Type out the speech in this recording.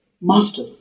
master